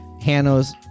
Hanno's